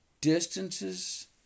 distances